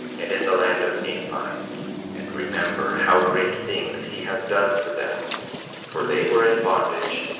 and in the land of nephi and remember how great things he has done for them for they were in bondage,